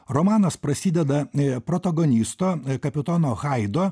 romanas prasideda protagonisto kapitono haido